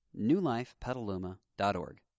newlifepetaluma.org